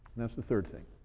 that's the third thing.